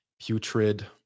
putrid